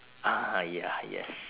ah ya yes